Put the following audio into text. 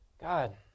God